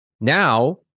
Now